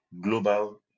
global